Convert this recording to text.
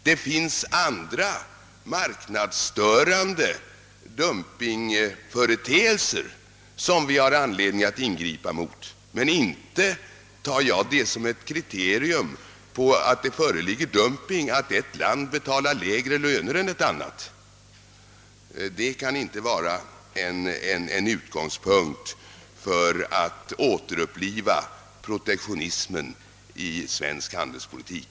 Det finns andra, marknadsstörande dumpingföreteelser som vi har anledning att ingripa mot, men inte tar jag det som ett kriterium på att det föreligger dumping när ett land betalar lägre löner än ett annat. Det kan inte vara en utgångspunkt för att återuppliva protektionismen i svensk handelspolitik.